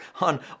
on